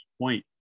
point